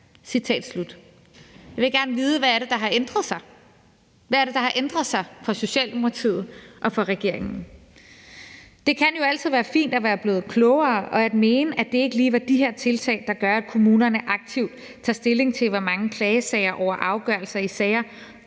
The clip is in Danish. Jeg vil gerne vide, hvad det er, der har ændret sig for Socialdemokratiet og for regeringen. Det kan jo altid være fint at være blevet klogere og mene, at det ikke lige er de her tiltag, der gør, at kommunerne aktivt tager stilling til, hvor mange klagesager over afgørelser i sager